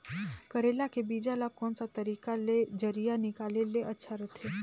करेला के बीजा ला कोन सा तरीका ले जरिया निकाले ले अच्छा रथे?